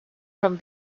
from